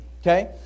Okay